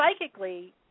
psychically